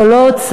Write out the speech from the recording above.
זו לא הוצאה,